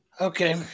Okay